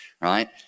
Right